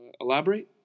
Elaborate